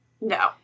No